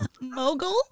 mogul